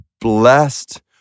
blessed